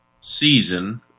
season